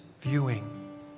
viewing